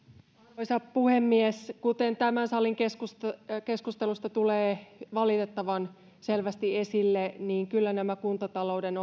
arvoisa puhemies kuten tämän salin keskusteluista keskusteluista tulee valitettavan selvästi esille niin kyllä nämä kuntatalouden